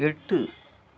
எட்டு